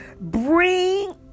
Bring